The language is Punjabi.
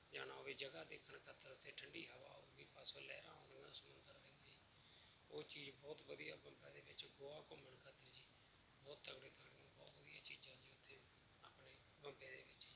ਜਾਣਾ ਹੋਵੇ ਜਗ੍ਹਾ ਦੇਖਣ ਖਾਤਰ ਉੱਥੇ ਠੰਡੀ ਹਵਾ ਆਊਗੀ ਲਹਿਰਾਂ ਆਉਂਦੀਆਂ ਸਮੁੰਦਰ ਦੀਆਂ ਜੀ ਉਹ ਚੀਜ਼ ਬਹੁਤ ਵਧੀਆ ਬੰਬੇ ਦੇ ਵਿੱਚ ਗੋਆ ਘੁੰਮਣ ਖਾਤਰ ਜੀ ਬਹੁਤ ਤਕੜੇ ਤਕੜੇ ਬਹੁਤ ਵਧੀਆ ਚੀਜ਼ਾਂ ਜੀ ਉੱਥੇ ਆਪਣੇ ਬੰਬੇ ਦੇ ਵਿੱਚ ਜੀ